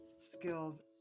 skills